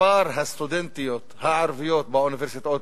מספר הסטודנטיות הערביות באוניברסיטאות